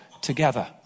together